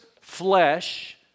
flesh